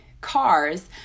cars